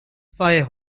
fire